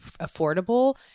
affordable